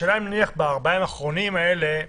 השאלה אם בארבעת הימים האחרונים האלה,